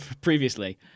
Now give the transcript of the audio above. previously